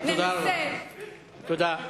תודה.